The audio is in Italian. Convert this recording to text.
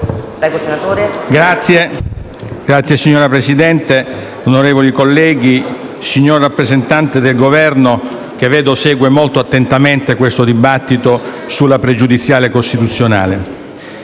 *(FI-BP)*. Signor Presidente, onorevoli colleghi, signor rappresentante del Governo, che vedo seguire molto attentamente questo dibattito sulla pregiudiziale costituzionale,